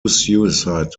suicide